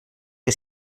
que